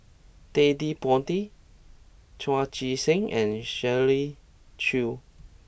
Ted De Ponti Chu Chee Seng and Shirley Chew